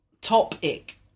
Topic